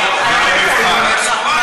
מה זה אכל?